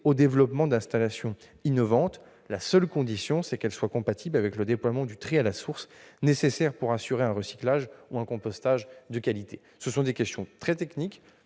développement d'installations innovantes, à la seule condition qu'elles soient compatibles avec le déploiement du tri à la source, qui est nécessaire pour assurer un recyclage ou un compostage de qualité. Ces questions très techniques